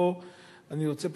פה אני רוצה,